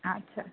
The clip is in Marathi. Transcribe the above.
अच्छा